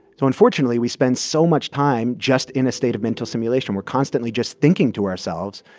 so unfortunately we spend so much time just in a state of mental simulation. we're constantly just thinking to ourselves,